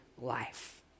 life